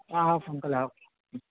আহক সোনকালে আহক